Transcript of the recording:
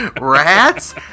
rats